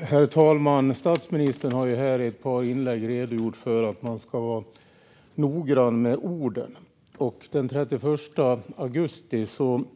Herr talman! Statsministern har i ett par inlägg här påpekat att man ska vara noggrann med orden. Den 31 augusti